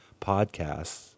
podcasts